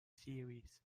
series